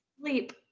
sleep